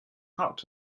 hard